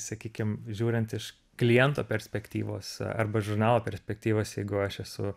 sakykim žiūrint iš kliento perspektyvos arba žurnalo perspektyvos jeigu aš esu